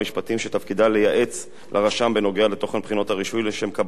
ותפקידה לייעץ לרשם בנוגע לתוכן בחינות הרישוי לשם קבלת רשיון